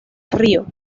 río